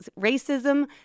racism